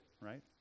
right